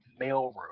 mailroom